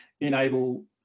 enable